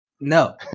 no